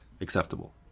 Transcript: acceptable